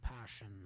passion